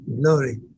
Glory